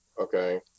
okay